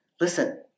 Listen